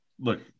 Look